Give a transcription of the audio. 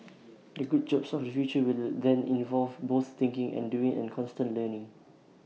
the good jobs of the future will then involve both thinking and doing and constant learning